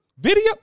Video